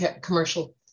commercial